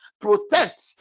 protect